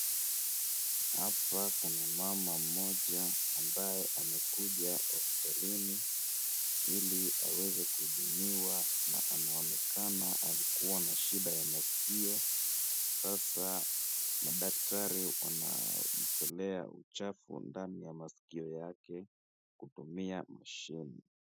Hapa kuna mama mmoja ambaye amekuja hospitalini ili aweze kuhudumiwa na anaonekena alikuwa na shida ya masikio, sasa madaktari wanamtolea uchafu ndani ya masikio yake kutumia mashine.